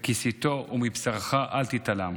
וכסיתו ומבשרך אל תתעלם.